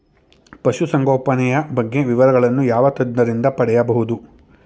ಪಶುಸಂಗೋಪನೆಯ ಬಗ್ಗೆ ವಿವರಗಳನ್ನು ಯಾವ ತಜ್ಞರಿಂದ ಪಡೆಯಬಹುದು?